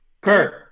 Kurt